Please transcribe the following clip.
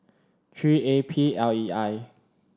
three A P L E I